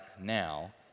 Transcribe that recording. now